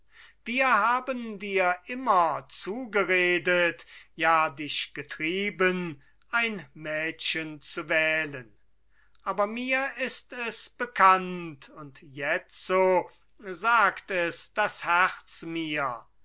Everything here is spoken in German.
wir haben dir immer zugeredet ja dich getrieben ein mädchen zu wählen aber mir ist es bekannt und jetzo sagt es das herz mir